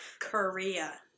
Korea